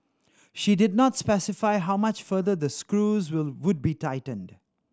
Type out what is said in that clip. she did not specify how much further the screws will would be tightened